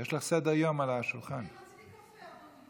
או בהתאם למחיר הממוצע בכפרים הערביים,